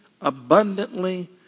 abundantly